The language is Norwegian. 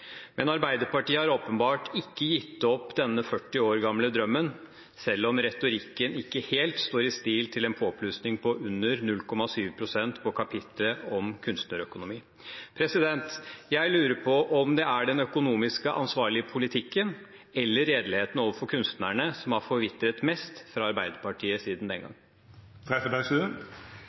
Men Arbeiderpartiet har åpenbart ikke gitt opp denne 40 år gamle drømmen, selv om retorikken ikke står helt i stil med en påplussing på under 0,7 pst. på kapitlet om kunstnerøkonomi. Jeg lurer på om det er den økonomisk ansvarlige politikken eller redeligheten overfor kunstnerne som har forvitret mest for Arbeiderpartiet siden den